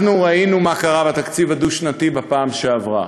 אנחנו ראינו מה קרה בתקציב הדו-שנתי בפעם שעברה: